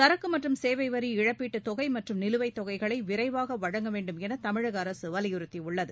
சரக்கு மற்றும் சேவை வரி இழப்பீட்டுத் தொகை மற்றும் நிலுவைத்தொகைகளை விரைவாக வழங்க வேண்டுமென தமிழக அரசு வலியுறுத்தியுள்ளது